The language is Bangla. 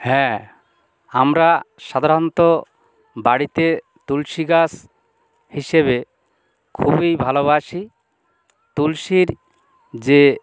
হ্যাঁ আমরা সাধারণত বাড়িতে তুলসী গাছ হিসেবে খুবই ভালোবাসি তুলসীর যে